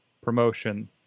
promotion